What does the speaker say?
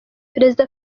perezida